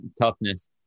toughness